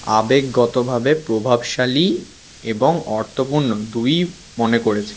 আবেগগতভাবে প্রভাবশালী এবং অর্থপূর্ণ দুইই মনে করেছি